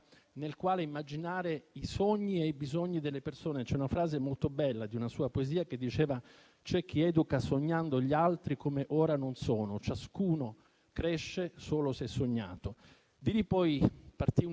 C'è una frase molto bella di una sua poesia che recita: «C'è chi educa sognando gli altri come ora non sono, ciascuno cresce solo se sognato».